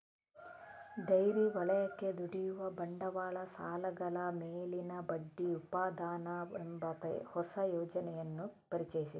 dairy ವಲಯಕ್ಕೆ ದುಡಿಯುವ ಬಂಡವಾಳ ಸಾಲಗಳ ಮೇಲಿನ ಬಡ್ಡಿ ಉಪಾದಾನ ಎಂಬ ಹೊಸ ಯೋಜನೆಯನ್ನು ಪರಿಚಯಿಸಿದೆ